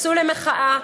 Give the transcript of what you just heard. יצאו למחאה.